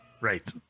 Right